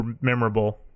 memorable